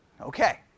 Okay